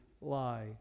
lie